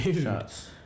shots